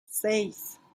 seis